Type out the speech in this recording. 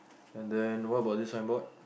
and then what about this signboard